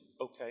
Okay